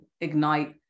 ignite